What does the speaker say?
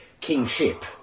kingship